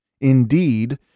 Indeed